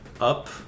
up